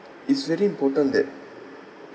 it's very important that